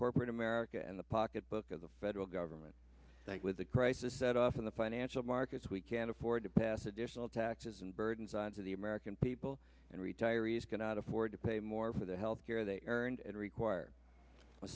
corporate america and the pocketbook of the federal government that with the crisis set off in the financial markets we can't afford to pass additional taxes and burdens onto the american people and retirees cannot afford to pay more for the health care they earned and require a